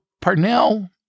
Parnell